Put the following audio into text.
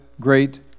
great